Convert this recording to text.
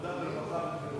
עבודה ורווחה.